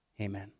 amen